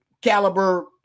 caliber